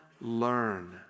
learn